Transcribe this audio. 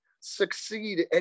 succeed